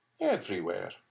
Everywhere